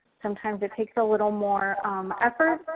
sometimes it takes a little more effort.